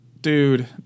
Dude